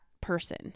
person